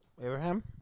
Abraham